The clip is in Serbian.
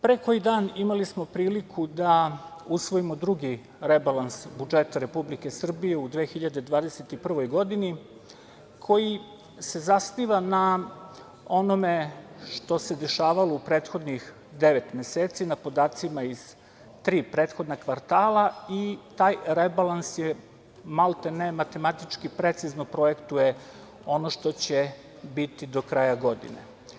Pre koji dan imali smo priliku da usvojimo drugi rebalans budžeta Republike Srbije u 2021. godini, koji se zasniva na onome što se dešavalo u prethodnih devet meseci na podacima iz tri prethodna kvartala i taj rebalans je maltene matematički precizno projektuje ono što će biti do kraja godine.